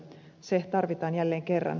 se tarvitaan jälleen kerran